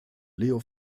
leo